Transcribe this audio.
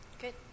Good